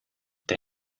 der